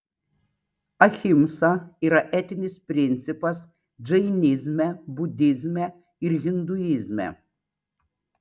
ahimsa yra etinis principas džainizme budizme ir hinduizme